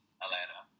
Atlanta